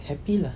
happy lah